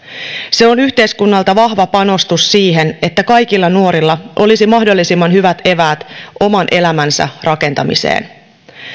se on yhteiskunnalta vahva panostus siihen että kaikilla nuorilla olisi mahdollisimman hyvät eväät oman elämänsä rakentamiseen